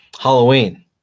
Halloween